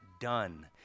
done